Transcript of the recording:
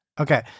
Okay